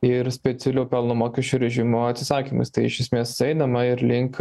ir specialių pelno mokesčių režimo atsisakymas tai iš esmės einama ir link